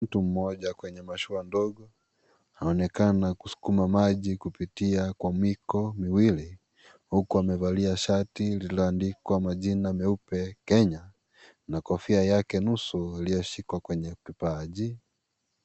Mtu mmoja kwenye mashua ndogo, aonekana kusukuma maji kupitia kwa miko miwili. Huku amevalia shati lililo andikwa majina meupe, "Kenya", na kofia yake nusu iliyoshikwa kwenye kipaji.